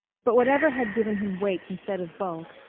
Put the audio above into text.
but whatever had given him weight instead of bulk,